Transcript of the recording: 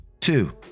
Two